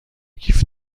کیف